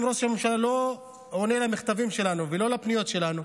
ראש הממשלה לא עונה למכתבים שלנו ולא לפניות שלנו,